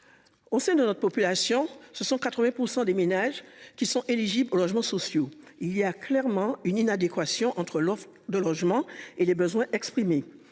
On sait de notre population, ce sont 80% des ménages qui sont éligibles au logement sociaux il y a clairement une inadéquation entre l'offre de logements et les besoins exprimés.